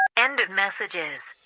end of messages